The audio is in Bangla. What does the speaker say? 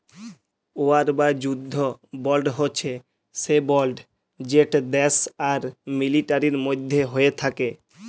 ওয়ার বা যুদ্ধ বল্ড হছে সে বল্ড যেট দ্যাশ আর মিলিটারির মধ্যে হ্যয়ে থ্যাকে